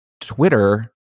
Twitter